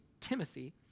Timothy